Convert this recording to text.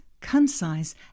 concise